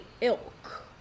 ilk